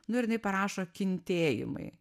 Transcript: nu ir jinai parašo kintėjimai